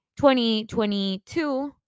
2022